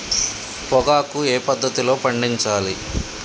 పొగాకు ఏ పద్ధతిలో పండించాలి?